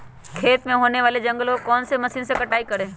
खेत में होने वाले जंगल को कौन से मशीन से कटाई करें?